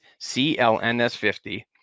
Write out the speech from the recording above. CLNS50